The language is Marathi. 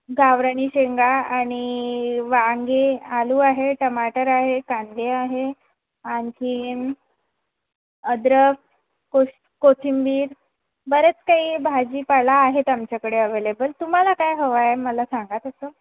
गावरानी शेंगा आणि वांगे आलू आहे टमाटर आहे कांदे आहे आणखी अद्रक कोथ कोथिंबीर बरेच काही भाजीपाला आहेत आमच्याकडे अवेलेबल तुम्हाला काय हवं आहे मला सांगा तसं